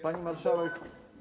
Pani Marszałek!